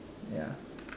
ya